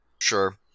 Sure